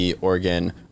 Oregon